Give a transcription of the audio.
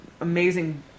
amazing